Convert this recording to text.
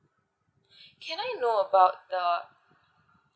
cam I know about the